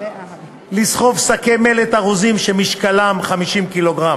לסחוב שקי מלט ארוזים שמשקלם 50 קילוגרם,